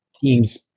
teams